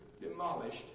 demolished